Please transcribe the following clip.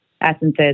essences